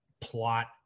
plot